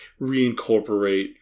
reincorporate